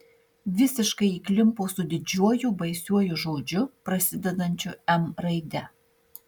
visiškai įklimpo su didžiuoju baisiuoju žodžiu prasidedančiu m raide